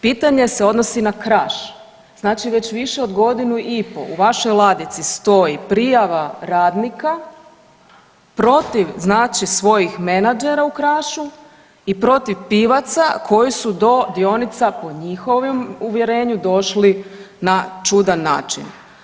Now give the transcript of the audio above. Pitanje se odnosi na Kraš, znači već više od godinu i po' i vašoj ladici stoji prijava radnika protiv znači svojih menadžera u Krašu i protiv Pivaca koji su do dionica po njihovom uvjerenju, došli na čudan način.